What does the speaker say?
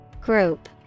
Group